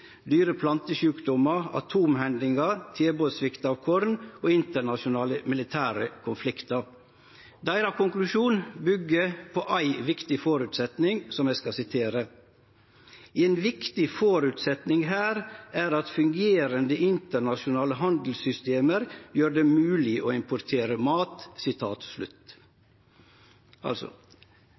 dyre- og plantesjukdomar, atomhendingar, tilbodssvikt når det gjeld korn, og internasjonale militære konfliktar. Deira konklusjon byggjer på ein viktig føresetnad som eg skal sitere: «En viktig forutsetning her er at fungerende internasjonale handelssystemer gjør det mulig å importere mat.» Analysen byggjer altså